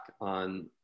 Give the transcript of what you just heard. on